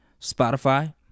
Spotify